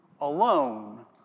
alone